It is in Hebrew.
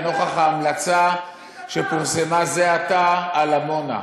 לנוכח ההמלצה שפורסמה זה עתה על עמונה.